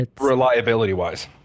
Reliability-wise